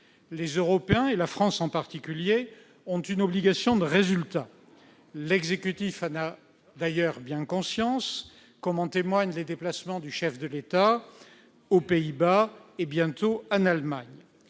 Les Européens, la France en particulier, ont une obligation de résultat. L'exécutif en a d'ailleurs bien conscience, comme en témoignent les déplacements du chef de l'État aux Pays-Bas et bientôt en Allemagne.